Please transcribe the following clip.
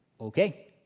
okay